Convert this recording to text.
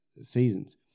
seasons